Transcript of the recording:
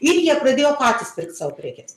ir jie pradėjo patys pirkt savo prekes